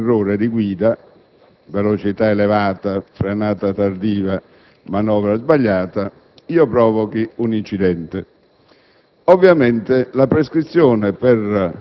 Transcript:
e che, per un mio errore di guida (velocità elevata, frenata tardiva, manovra sbagliata), provochi un incidente.